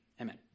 Amen